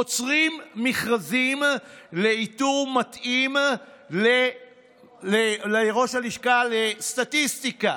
עוצרים מכרזים לאיתור מתאים לראש הלשכה לסטטיסטיקה